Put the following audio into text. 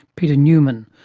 peter newman,